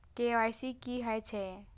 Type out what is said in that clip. KYC की हे छे?